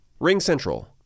RingCentral